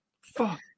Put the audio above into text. Fuck